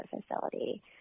facility